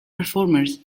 performers